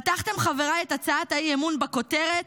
חבריי, פתחתם את הצעת האי-אמון בכותרת: